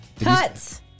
cuts